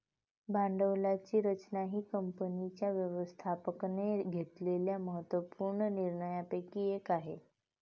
भांडवलाची रचना ही कंपनीच्या व्यवस्थापकाने घेतलेल्या महत्त्व पूर्ण निर्णयांपैकी एक आहे